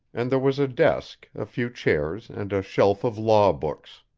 and there was a desk, a few chairs and a shelf of law books.